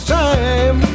time